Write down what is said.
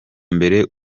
mbere